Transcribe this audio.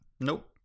Nope